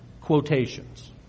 quotations